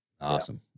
Awesome